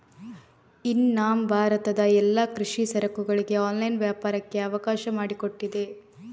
E NAM ಭಾರತದ ಎಲ್ಲಾ ಕೃಷಿ ಸರಕುಗಳಿಗೆ ಆನ್ಲೈನ್ ವ್ಯಾಪಾರಕ್ಕೆ ಅವಕಾಶ ಮಾಡಿಕೊಟ್ಟಿದೆ